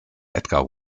edgar